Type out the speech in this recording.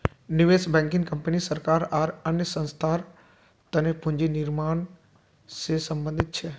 निवेश banking company सरकार आर अन्य संस्थार तने पूंजी निर्माण से संबंधित छे